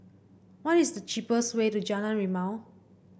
what is the cheapest way to Jalan Rimau